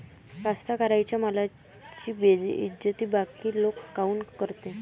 कास्तकाराइच्या मालाची बेइज्जती बाकी लोक काऊन करते?